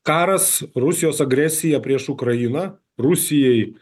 karas rusijos agresija prieš ukrainą rusijai